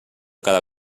cada